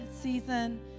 season